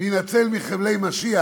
נינצל מחבלי משיח,